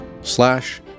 slash